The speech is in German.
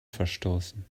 verstoßen